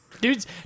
dude's